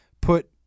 Put